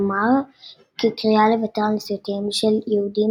כלומר כקריאה לוותר על ניסיונותיהם של יהודים